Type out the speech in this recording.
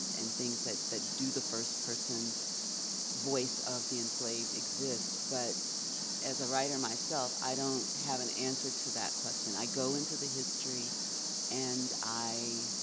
and things that that do the first person voice of the enslaved exist. but as a writer myself, i don't have an answer to that question. i go into the history and i